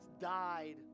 died